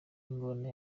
ingona